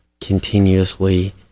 continuously